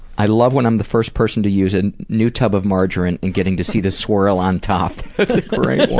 i love when i'm the first person to use a and new tub of margarine and getting to see the swirl on top. that's a great